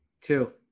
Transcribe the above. two